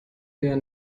der